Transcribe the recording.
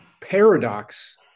paradox